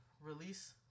release